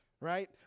right